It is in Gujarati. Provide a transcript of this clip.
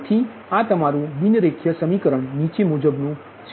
તેથી આ તમારું બિન રેખીય સમીકરણ નીચે મુજબ નુ છે